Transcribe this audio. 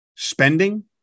Spending